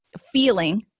feeling